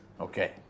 Okay